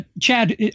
Chad